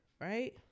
right